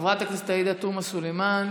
חברת הכנסת עאידה תומא סלימאן,